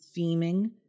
theming